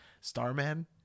Starman